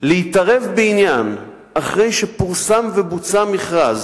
להתערב בעניין אחרי שפורסם ובוצע מכרז